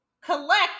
Collect